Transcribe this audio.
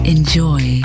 Enjoy